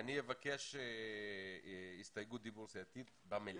אני אבקש הסתייגות דיבור סיעתית במליאה.